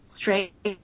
straight